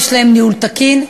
יש להם ניהול תקין,